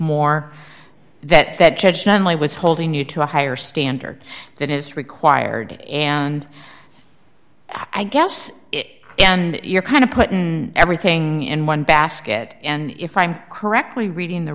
more that that judge shanley was holding you to a higher standard than it's required and i guess and you're kind of putting everything in one basket and if i'm correctly reading the